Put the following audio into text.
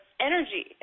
energy